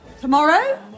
Tomorrow